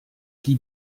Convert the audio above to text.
qui